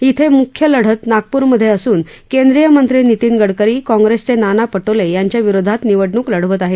येथे मुख्य लढत नागपूरमध्ये असून केंद्रीय मंत्री नितीन गडकरी काँग्रेसचे नाना पटोले यांच्याविरोधात निवडणूक लढवत आहेत